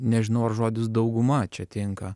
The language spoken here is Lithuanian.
nežinau ar žodis dauguma čia tinka